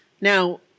Now